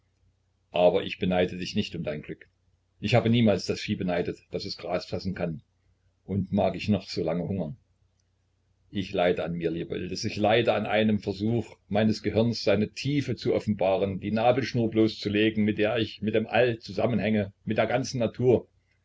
aber ich beneide dich nicht um dein glück ich habe niemals das vieh beneidet daß es gras fressen kann und mag ich noch so lange hungern ich leide an mir lieber iltis ich leide an einem versuch meines gehirns seine tiefe zu offenbaren die nabelschnur bloßzulegen mit der ich mit dem all zusammenhänge mit der ganzen natur